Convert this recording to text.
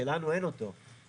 שלנו אין אותו.